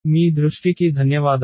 మీ దృష్టికి ధన్యవాదాలు